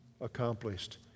accomplished